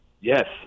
Yes